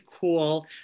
cool